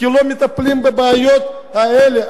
כי לא מטפלים בבעיות האלה.